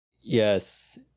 Yes